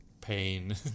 pain